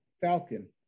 Falcon